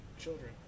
children